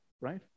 right